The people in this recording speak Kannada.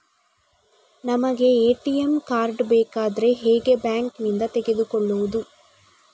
ನಮಗೆ ಎ.ಟಿ.ಎಂ ಕಾರ್ಡ್ ಬೇಕಾದ್ರೆ ಹೇಗೆ ಬ್ಯಾಂಕ್ ನಿಂದ ತೆಗೆದುಕೊಳ್ಳುವುದು?